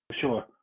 Sure